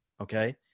okay